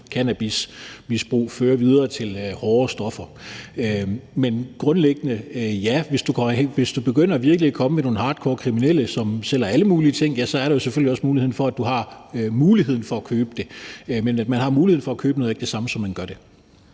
cannabismisbrug ikke fører videre til misbrug af hårde stoffer. Men ja, grundlæggende er det sådan, at hvis du begynder at komme hos nogle virkelig hardcore kriminelle, som sælger alle mulige ting, så har du selvfølgelig muligheden for at købe det, men at man har muligheden for at købe noget, er ikke det samme, som at man gør det.